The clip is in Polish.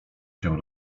się